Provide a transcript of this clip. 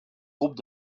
groupes